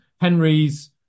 Henry's